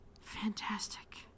Fantastic